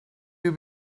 you